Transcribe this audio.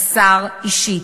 השר, אישית,